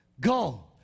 go